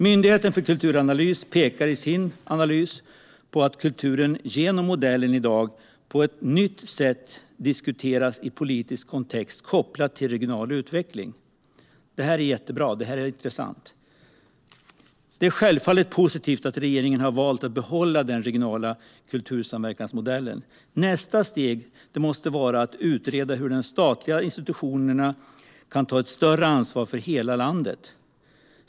Myndigheten för kulturanalys pekar i sin analys på att kulturen genom modellen i dag på ett nytt sätt diskuteras i en politisk kontext kopplat till regional utveckling". Det är jättebra. Det är intressant. Det är självfallet positivt att regeringen har valt att behålla den regionala kultursamverkansmodellen. Nästa steg måste vara att utreda hur de statliga institutionerna ska kunna ta ett större ansvar för hela landet.